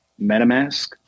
MetaMask